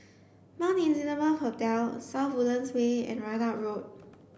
Mount Elizabeth hotel South Woodlands Way and Ridout Road